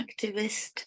activist